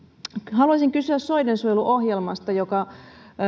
haluaisin kysyä soidensuojeluohjelmasta joka